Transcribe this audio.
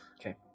Okay